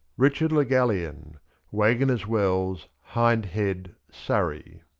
richard le gallienne waggoner's wells, hind head, surrey.